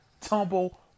tumble